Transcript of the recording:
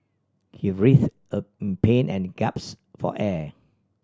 he writhed a in pain and gaps for air